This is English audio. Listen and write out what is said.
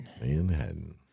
Manhattan